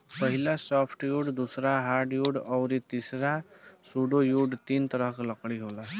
पहिला सॉफ्टवुड दूसरा हार्डवुड अउरी तीसरा सुडोवूड तीन तरह के लकड़ी होला